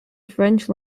french